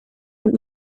und